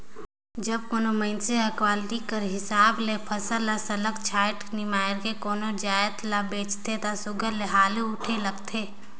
जब कोनो मइनसे हर क्वालिटी कर हिसाब ले फसल ल सरलग छांएट निमाएर के कोनो जाएत ल बेंचथे ता सुग्घर ले हालु उठे लगथे